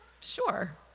Sure